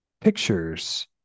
pictures